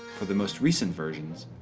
for the most recent versions,